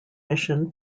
mission